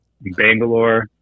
Bangalore